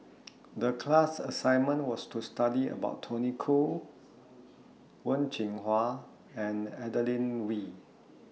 The class assignment was to study about Tony Khoo Wen Jinhua and Adeline Ooi